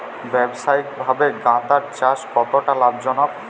ব্যবসায়িকভাবে গাঁদার চাষ কতটা লাভজনক?